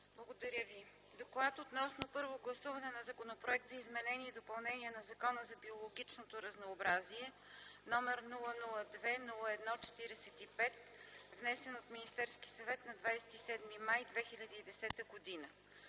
Благодаря Ви. „ДОКЛАД относно първо гласуване на Законопроект за изменение и допълнение на Закона за биологичното разнообразие, № 002-01-45, внесен от Министерския съвет на 27 май 2010 г.